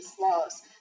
laws